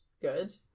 good